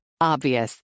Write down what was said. Obvious